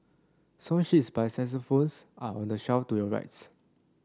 song sheets by xylophones are on the shelf to your rights